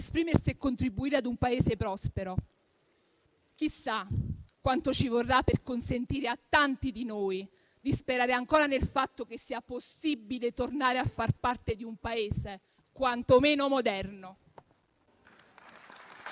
esprimersi e contribuire ad un Paese prospero. Chissà quanto ci vorrà per consentire a tanti di noi di sperare ancora nel fatto che sia possibile tornare a far parte di un Paese quantomeno moderno.